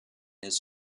his